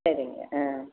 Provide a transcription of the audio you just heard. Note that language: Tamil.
சரிங்க ஆ